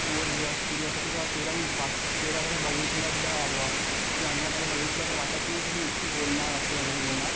overreact केली असं तिचा चेहराहुन वाट चेहऱ्याकडे बघितलं तिचा बुवा तिच्या अंगाकडे बघितलं तर वाटत नाही की ही इतकी बोलणार असं वगैरे बोलणार